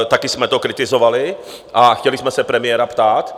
Taky jsme to kritizovali a chtěli jsme se premiéra ptát.